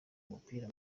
umupira